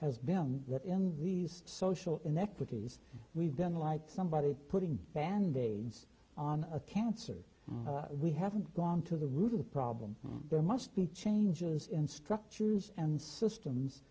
has been these social inequities we've done like somebody putting a band aid on a cancer we haven't gone to the root of the problem there must be changes in structures and systems